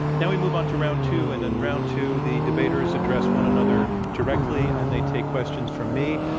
now, we move on to round two. and, in round two, the debaters address one another directly. and they take questions from me,